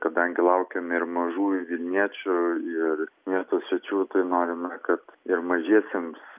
kadangi laukiame ir mažųjų vilniečių ir miesto svečių tai norime kad ir mažiesiems